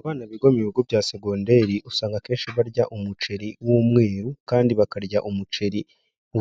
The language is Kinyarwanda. Abana biga mu bigo bya segonderi usanga akenshi barya umuceri w'umweru kandi bakarya umuceri